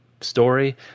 Story